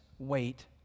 wait